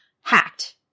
hacked